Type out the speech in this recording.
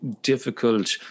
difficult